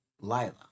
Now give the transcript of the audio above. Lila